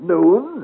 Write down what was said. Noon